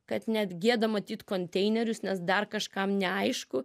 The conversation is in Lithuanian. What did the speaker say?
kad net gieda matyt konteinerius nes dar kažkam neaišku